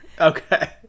Okay